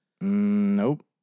Nope